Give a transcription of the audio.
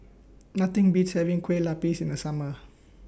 Nothing Beats having Kueh Lupis in The Summer